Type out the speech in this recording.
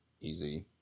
easy